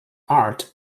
art